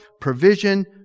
provision